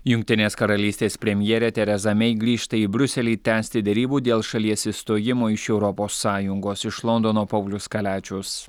jungtinės karalystės premjerė tereza mei grįžta į briuselį tęsti derybų dėl šalies išstojimo iš europos sąjungos iš londono paulius kaliačius